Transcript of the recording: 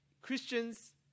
Christians